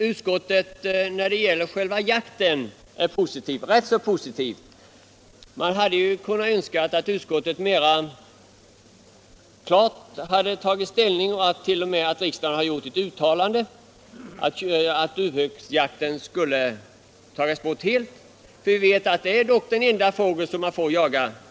Utskottet skriver ganska positivt när det gäller själva jakten, men man kunde önska att utskottet mera klart tagit ställning för ett uttalande om att duvhöksjakt borde förbjudas. Duvhöken är den enda rovfågel man får jaga.